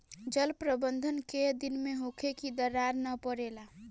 जल प्रबंधन केय दिन में होखे कि दरार न परेला?